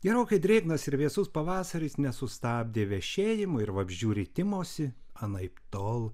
gerokai drėgnas ir vėsus pavasaris nesustabdė vešėjimo ir vabzdžių ritimosi anaiptol